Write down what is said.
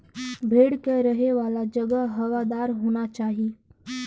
भेड़ के रहे वाला जगह हवादार होना चाही